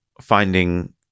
finding